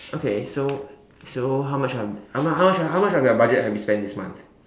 okay so so how much how much how much of your budget have you spent this month